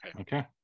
Okay